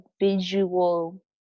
visual